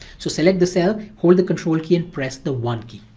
so select the cell, hold the control key and press the one key.